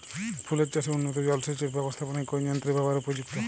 ফুলের চাষে উন্নত জলসেচ এর ব্যাবস্থাপনায় কোন যন্ত্রের ব্যবহার উপযুক্ত?